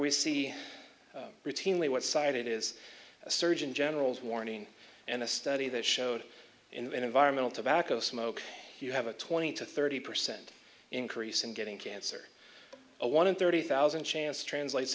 we see routinely what side it is a surgeon general's warning and a study that showed in environmental tobacco smoke you have a twenty to thirty percent increase in getting cancer a one in thirty thousand chance translates